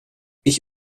ich